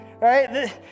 right